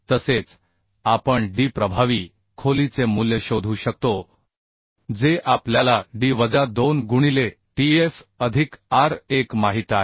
तसेच आपण D प्रभावी खोलीचे मूल्य शोधू शकतो जे आपल्याला D वजा 2 गुणिले Tf अधिक R 1 माहित आहे